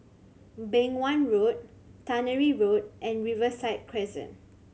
Beng Wan Road Tannery Road and Riverside Crescent